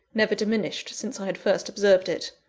never diminished since i had first observed it.